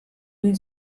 egin